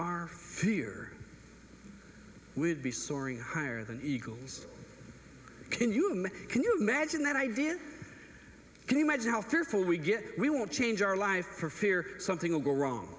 our fear we'd be soaring higher than eagles can you can you imagine that idea can imagine how fearful we get we won't change our lives for fear something will go wrong